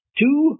two